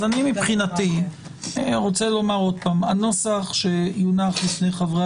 אז אני אומר שוב שהנוסח שיונח בפני חברי